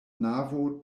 navo